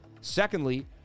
Secondly